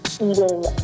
Eating